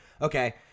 Okay